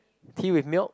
tea with milk